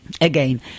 Again